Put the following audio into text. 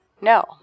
No